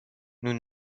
nous